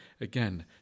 Again